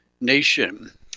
Nation